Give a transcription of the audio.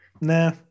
nah